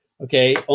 Okay